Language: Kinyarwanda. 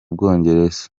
bwongereza